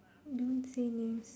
don't say names